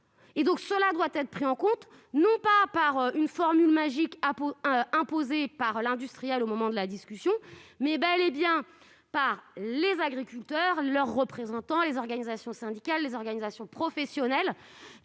cela doit être pris en compte, non une formule magique imposée par l'industriel lors de la discussion, mais bel et bien par les agriculteurs, leurs représentants, les organisations syndicales et professionnelles.